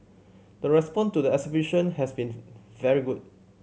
the response to the exhibition has been very good